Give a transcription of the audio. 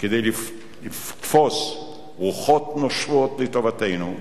כדי לתפוס רוחות נושבות לטובתנו,